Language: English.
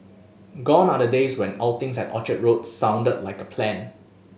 gone are the days when outings at Orchard Road sounded like a plan